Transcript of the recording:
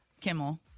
Kimmel